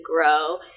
grow